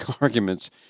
arguments